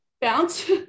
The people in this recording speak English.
bounce